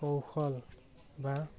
কৌশল বা